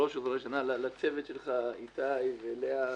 בראש ובראשונה לצוות הוועדה, איתי ולאה,